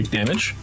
damage